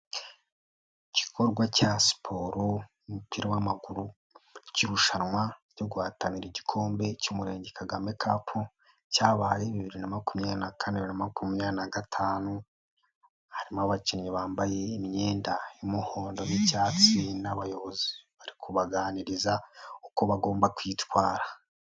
Igikorwa cya siporo y'umupira w'amaguru k'irushanwa ryo guhatanira igikombe cy'Umurenge Kagame Cup, cyabaye bibiri na makumyabiri na kane, makumyabiri na gatanu, harimo abakinnyi bambaye imyenda y'umuhondo n'icyatsi n'abayobozi bari kubaganiriza uko bagomba kwitwara.